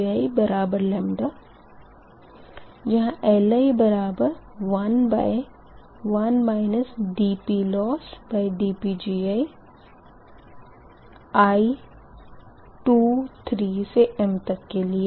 जहाँ Li11 dPLossdPgi i23m के लिए